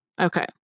Okay